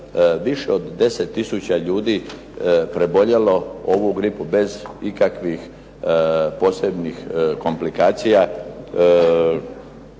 više od 10 tisuća ljudi preboljelo ovu gripu bez ikakvih posebnih komplikacija.